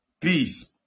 Peace